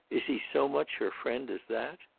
is he so much her friend as that?